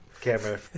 camera